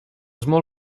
small